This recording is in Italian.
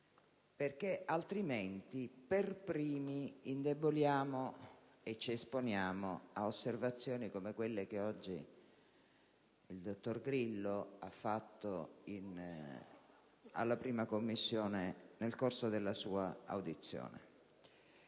perché altrimenti ci indeboliamo noi per primi e ci esponiamo a osservazioni come quelle che oggi il dottor Grillo ha fatto in 1a Commissione nel corso della sua audizione.